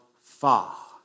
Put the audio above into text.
far